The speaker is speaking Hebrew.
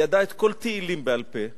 היא ידעה את כל תהילים בעל-פה,